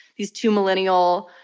these two millennial,